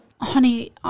honey